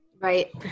Right